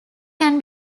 can